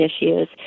issues